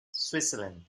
switzerland